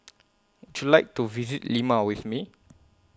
Would YOU like to visit Lima with Me